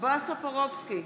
בועז טופורובסקי,